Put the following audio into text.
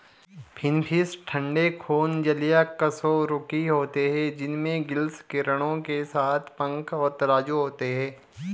finfish ठंडे खून जलीय कशेरुकी होते हैं जिनमें गिल्स किरणों के साथ पंख और तराजू होते हैं